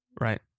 right